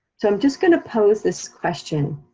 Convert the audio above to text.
so i'm just gonna pose this question,